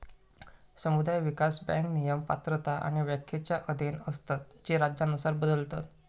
समुदाय विकास बँक नियम, पात्रता आणि व्याख्येच्या अधीन असतत जे राज्यानुसार बदलतत